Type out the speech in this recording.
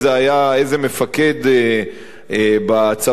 איזה מפקד בצבא האירני,